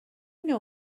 know